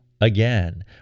Again